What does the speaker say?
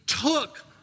took